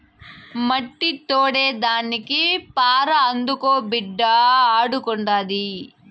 మట్టి తోడేదానికి పార అందుకో బిడ్డా ఆడుండాది